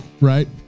Right